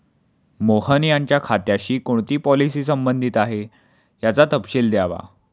मोहन यांच्या खात्याशी कोणती पॉलिसी संबंधित आहे, याचा तपशील द्यावा